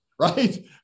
Right